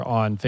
on